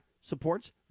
supports